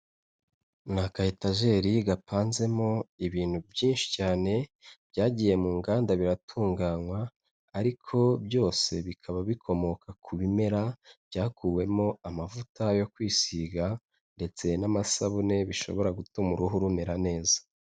Ni akayetajeri gapanzemo ibintu byinshi cyane, byagiye mu nganda biratunganywa ariko byose bikaba bikomoka ku bimera, byakuwemo amavuta yo kwisiga ndetse n'amasabune bishobora gutuma uruhu rumera neza.